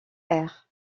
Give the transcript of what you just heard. air